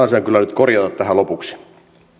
asian kyllä nyt korjata tähän lopuksi